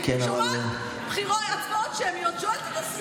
שומעת "הצבעות שמיות",